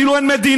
כאילו אין מדינה,